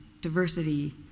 diversity